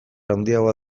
handiagoa